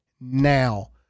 now